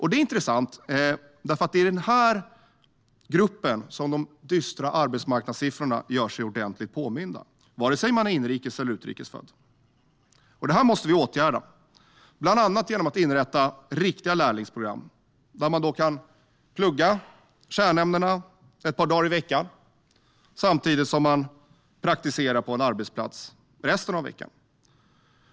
Det är intressant eftersom det är i den här gruppen som de dystra arbetsmarknadssiffrorna gör sig ordentligt påminda - vare sig man är inrikes eller utrikes född. Detta måste vi åtgärda, bland annat genom att inrätta riktiga lärlingsprogram där det går att plugga kärnämnena ett par dagar i veckan samtidigt med praktik på en arbetsplats resten av veckan.